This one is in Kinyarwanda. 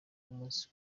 umunsi